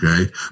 Okay